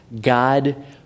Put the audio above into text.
God